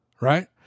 right